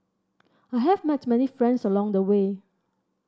I have met many friends along the way